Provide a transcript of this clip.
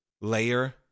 layer